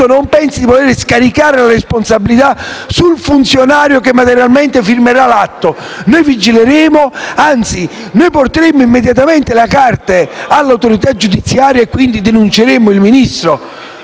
non pensi di poter scaricare la responsabilità sul funzionario che materialmente firmerà l'atto. Noi vigileremo, anzi porteremo immediatamente le carte all'autorità giudiziaria, e quindi, denunceremo il Ministro